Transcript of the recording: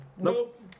Nope